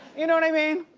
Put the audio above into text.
you know what i mean?